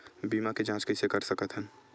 बीमा के जांच कइसे कर सकत हन?